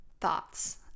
thoughts